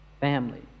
family